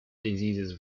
diseases